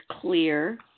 clear